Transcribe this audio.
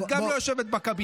את גם לא יושבת בקבינט.